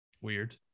Weird